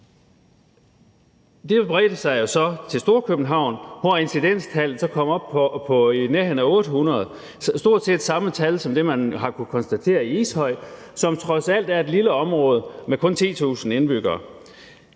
Det bredte sig jo så til Storkøbenhavn, hvor incidenstallet kom op på i nærheden af 800, stort set det samme tal som det, man kunne konstatere i Ishøj, som trods alt er et lille område med kun 10.000 indbyggere.